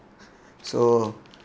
so